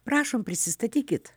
prašom prisistatykit